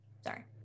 Sorry